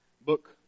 book